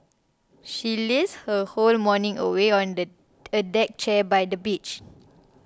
she lazed her whole morning away on a a deck chair by the beach